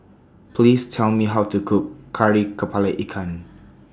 Please Tell Me How to Cook Kari Kepala Ikan